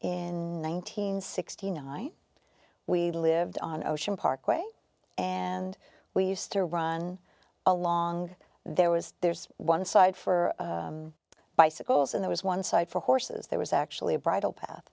and sixty nine we lived on ocean parkway and we used to run along there was there's one side for bicycles and there was one side for horses there was actually a bridle pat